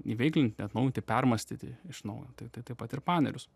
įveiklint atnaujinti permąstyti iš naujo tai taip pat ir panerius